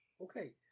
Okay